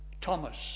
Thomas